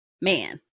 man